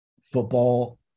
football